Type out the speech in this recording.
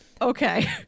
okay